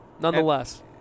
nonetheless